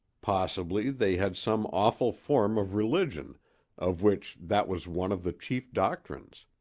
possibly they had some awful form of religion of which that was one of the chief doctrines,